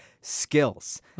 skills